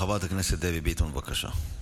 חברת הכנסת דבי ביטון, בבקשה.